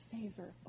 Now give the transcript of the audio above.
favor